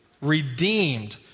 redeemed